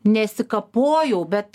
nesikapojau bet